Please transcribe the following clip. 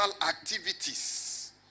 activities